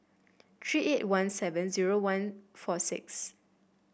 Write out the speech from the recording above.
three eight one seven zero one four six